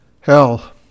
Hell